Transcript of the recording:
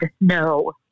no